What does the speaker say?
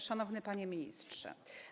Szanowny Panie Ministrze!